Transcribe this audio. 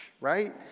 right